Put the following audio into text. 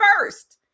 first